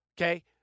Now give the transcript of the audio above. okay